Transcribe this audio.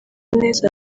neza